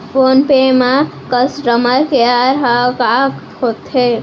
Phone पे म customer care number ह का होथे?